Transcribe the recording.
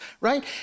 right